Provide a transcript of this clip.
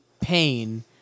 pain